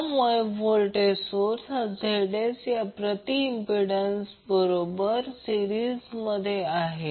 त्यामुळे voltage source हा Zs या प्रति इम्पिडंस बरोबर मालिकेमध्ये आहे